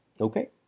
okay